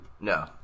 No